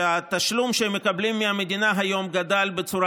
שהתשלום שהם מקבלים מהמדינה כיום גדל בצורה